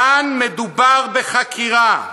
כאן מדובר בחקירה.